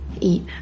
Eat